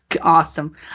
awesome